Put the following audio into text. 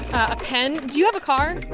a pen. do you have a car?